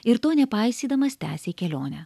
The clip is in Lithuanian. ir to nepaisydamas tęsė kelionę